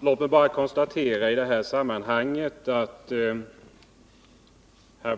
Herr talman! Låt mig i detta sammanhang bara konstatera att det